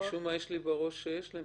משום מה יש לי בראש שיש להם.